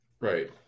Right